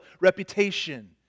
reputation